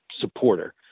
supporter